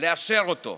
לאשר אותו,